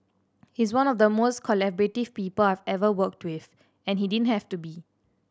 he's one of the most collaborative people I've ever worked with and he didn't have to be